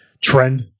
trend